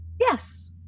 Yes